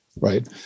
right